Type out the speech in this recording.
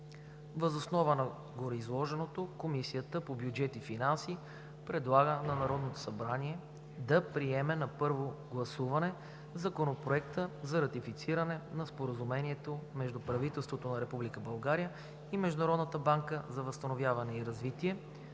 Въз основа на гореизложеното Комисията по бюджет и финанси предлага на Народното събрание да приеме на първо гласуване Законопроекта за ратифициране на Споразумението между правителството на Република България и Международната банка за възстановяване и развитие